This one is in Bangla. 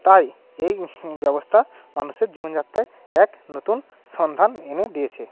তাই এই ব্যবস্থা মানুষের জীবনযাত্রায় এক নতুন সন্ধান এনে দিয়েছে